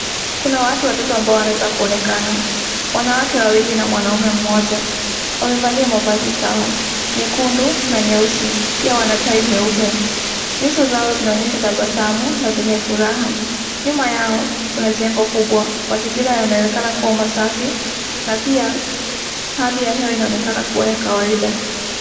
Kuna watu watatu ambao wanaweza kuonekana, wanawake wawili na mwanaume mmoja, wamevalia mavazi sawa, nyekundu na nyeusi, pia wana tai nyeupe, nyuso zao zinaonyesha tabasamu na zenye furaha, nyuma yao kuna jengo kubwa. Mazingira yanaonekana kuwa masafi na pia hali ya hewa inaonekana kuwa ya kawaida.